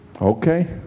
Okay